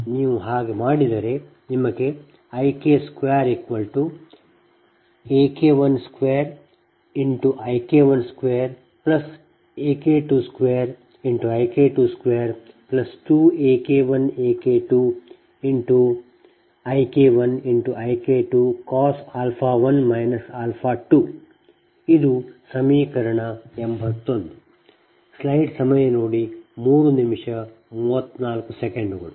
ನೀವು ಹಾಗೆ ಮಾಡಿದರೆ ನಿಮಗೆ IK2AK12IK12AK22IK222AK1AK2IK1IK2cos 1 2 ಇದು ಸಮೀಕರಣ 81